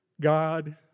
God